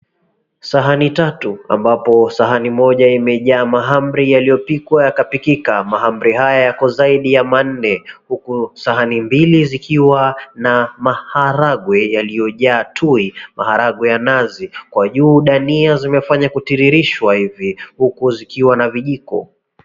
Sahani tatu, ambapo sahani moja imejaa mahamri yaliyopikwa yakapikika. Mahamri haya yako zaidi ya manne huku sahani mbili zikiwa na maharagwe yaliyojaa tui. Maharagwe ya nazi kwa juu dania zimefanya kutiririshwa hivi huku zikiwa na vijiko.